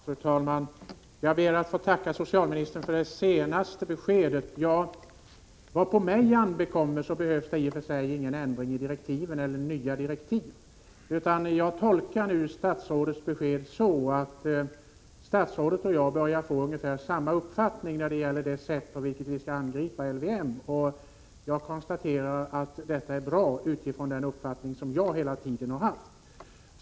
Fru talman! Jag ber att få tacka socialministern för det senaste beskedet. Vad mig anbelangar behövs det i och för sig ingen ändring av direktiven eller nya direktiv. Jag tolkar nu statsrådets besked så, att socialministern och jag börjar få ungefär samma uppfattning om det sätt på vilket vi skall angripa LVM. Jag konstaterar att detta är bra med utgångspunkt i den inställning som jag hela tiden har haft.